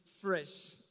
fresh